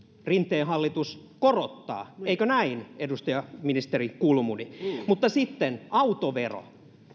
rinteen hallitus korottaa eikö näin ministeri kulmuni mutta sitten autovero